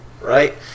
right